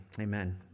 Amen